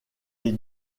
est